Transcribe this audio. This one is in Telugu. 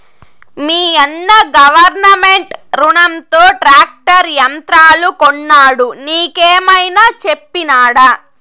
మీయన్న గవర్నమెంట్ రునంతో ట్రాక్టర్ యంత్రాలు కొన్నాడు నీకేమైనా చెప్పినాడా